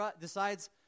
decides